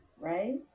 right